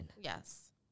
yes